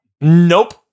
Nope